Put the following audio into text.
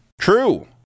True